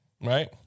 right